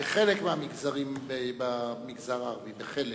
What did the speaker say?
בחלק מהמגזר הערבי, בחלק.